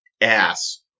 ass